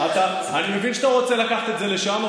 אני מבין שאתה רוצה לקחת את זה לשם,